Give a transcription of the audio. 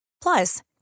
Plus